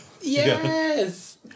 Yes